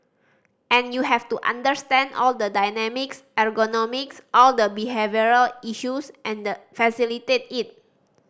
and you have to understand all the dynamics ergonomics all the behavioural issues and facilitate it